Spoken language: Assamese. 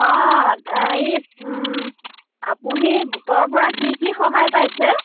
অঁ হেৰি আপুনি গোটৰ পৰা কি কি সহায় পাইছে